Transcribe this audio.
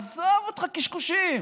עזוב אותך קשקושים.